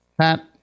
Pat